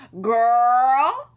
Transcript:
girl